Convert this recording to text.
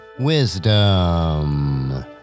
Wisdom